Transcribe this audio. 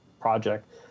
project